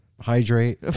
Hydrate